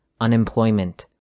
unemployment